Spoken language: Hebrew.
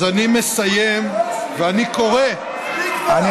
אז אני מסיים, ואני קורא, לא, אתה סיימת.